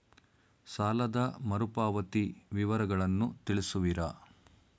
ಸಾಲದ ಮರುಪಾವತಿ ವಿವರಗಳನ್ನು ತಿಳಿಸುವಿರಾ?